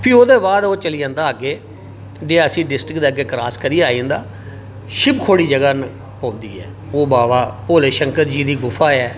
फ्ही ओह्दे बाद ओह् चली जंदा ऐ अग्गै रियासी डिस्ट्रिक्ट दे अग्गै ओह् क्रास करियै ओह् आई जंदा शिवखोड़ी ओह् पऔंदी ऐ ओह् बाबा भोले शकंर दी जगह ऐ